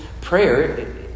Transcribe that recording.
prayer